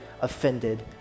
offended